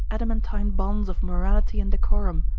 adamantine bonds of morality and decorum?